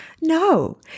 No